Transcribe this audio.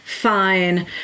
fine